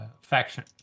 faction